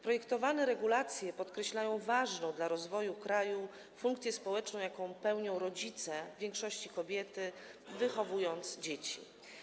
Projektowane regulacje podkreślają ważną dla rozwoju kraju funkcję społeczną, jaką pełnią rodzice, w większości kobiety, wychowując dzieci.